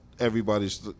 everybody's